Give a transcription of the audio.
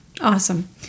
Awesome